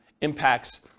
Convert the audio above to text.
impacts